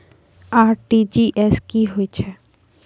RTGS की होय छै?